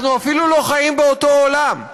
אנחנו אפילו לא חיים באותו עולם.